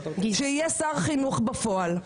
שיהיה שר חינוך בפועל.